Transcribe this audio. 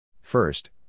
First